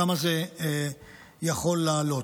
כמה זה יכול לעלות.